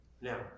Now